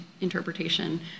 interpretation